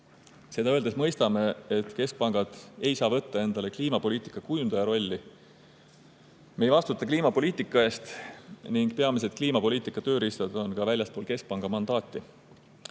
Seda öeldes mõistame, et keskpangad ei saa võtta endale kliimapoliitika kujundaja rolli. Me ei vastuta kliimapoliitika eest ning peamised kliimapoliitika tööriistad on ka väljaspool keskpanga mandaati.